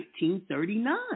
1939